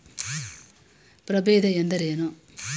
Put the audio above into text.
ಪ್ರಭೇದ ಎಂದರೇನು?